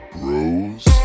Bros